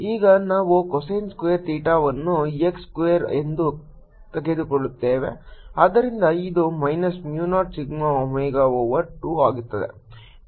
ಈಗ ನಾವು cosine square ಥೀಟಾವನ್ನು x ಸ್ಕ್ವೇರ್ ಎಂದು ತೆಗೆದುಕೊಳ್ಳುತ್ತೇವೆ ಆದ್ದರಿಂದ ಇದು minus mu 0 sigma omega over 2 ಆಗುತ್ತದೆ